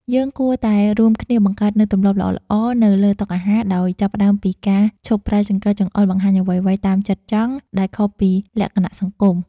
យើងគួរតែរួមគ្នាបង្កើតនូវទម្លាប់ល្អៗនៅលើតុអាហារដោយចាប់ផ្តើមពីការឈប់ប្រើចង្កឹះចង្អុលបង្ហាញអ្វីៗតាមចិត្តចង់ដែលខុសនឹងលក្ខណៈសង្គម។